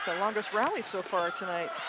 the longtime rallyso far tonight.